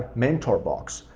mentorbox,